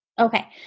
Okay